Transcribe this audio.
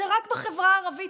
זה רק בחברה הערבית,